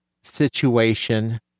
situation